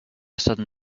sudden